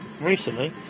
recently